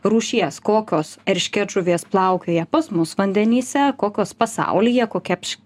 rūšies kokios eršketžuvės plaukioja pas mus vandenyse kokios pasaulyje kokia pš